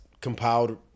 compiled